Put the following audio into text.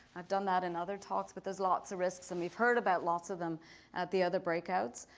i've done that in other talks, but there's lots of risks and we've heard about lots of them at the other breakouts.